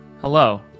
Hello